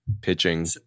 pitching